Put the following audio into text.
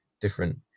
different